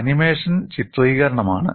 animation ചിത്രീകരണമാണ്